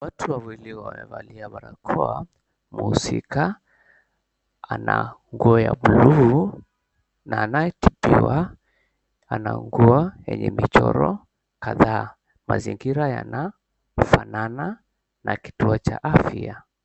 Watu wawili wamevalia barakoa. Mhusika ana nguo ya bluu, na aneyetibiwa ana nguo yenye michoro kadhaa. Mazingira yanafanana na kituo cha afya.